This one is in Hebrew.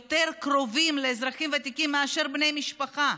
קרובים לאזרחים הוותיקים יותר מאשר בני המשפחה.